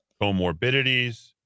Comorbidities